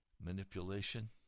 manipulation